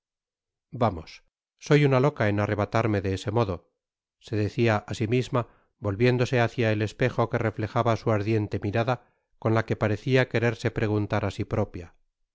vamos soy una loca en arrebatarme de ese modo se decia á si misma volviéndose hácia el espejo que reftejaba su ardiente mirada con la que parecia quererse preguntar á si propia